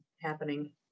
happening